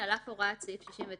על אף הוראת סעיף 69ב7(1),